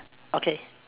okay